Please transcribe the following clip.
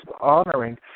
honoring